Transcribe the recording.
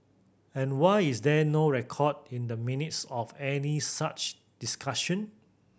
and why is there no record in the Minutes of any such discussion